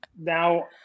Now